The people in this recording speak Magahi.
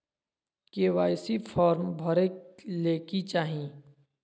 के.वाई.सी फॉर्म भरे ले कि चाही?